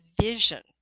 vision